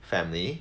family